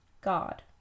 God